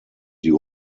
die